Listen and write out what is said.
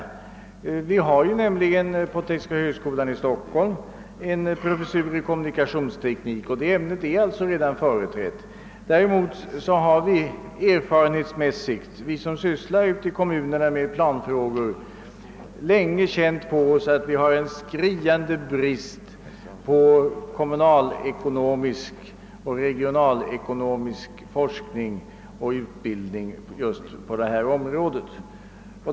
Det finns nämligen på tekniska högskolan en professur i kommunikationsteknik. Det ämnet är alltså redan företrätt. Däremot har vi som sysslar ute i kommunerna med planfrågor länge känt på oss att det föreligger en skriande brist på kommunalekonomisk och = regionalekonomiskforskning och utbildning just på detta område.